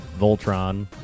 Voltron